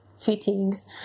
fittings